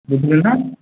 ବୁଝିଲେ ନା